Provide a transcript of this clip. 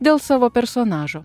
dėl savo personažo